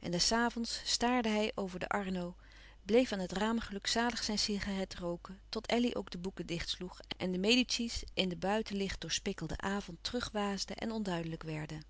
en des avonds staarde hij over de arno bleef aan het raam gelukzalig zijn cigarette rooken tot elly ook de boeken dichtsloeg en de medici's in den buiten licht doorspikkelden avond terugwaasden en onduidelijk werden